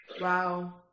wow